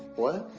what?